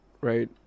right